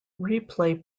replay